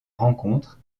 rencontres